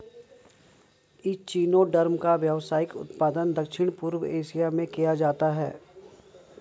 echinoderm का व्यावसायिक उत्पादन दक्षिण पूर्व एशिया में किया जाता है